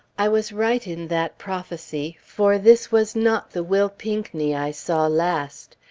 i was right in that prophecy. for this was not the will pinckney i saw last.